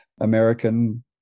American